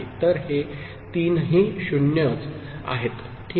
तर हे तीनही 0s आहेत ठीक